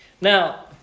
Now